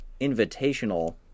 Invitational